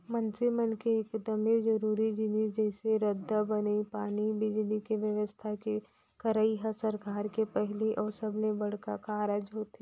मनसे मन के एकदमे जरूरी जिनिस जइसे रद्दा बनई, पानी, बिजली, के बेवस्था के करई ह सरकार के पहिली अउ सबले बड़का कारज होथे